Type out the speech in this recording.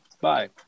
Bye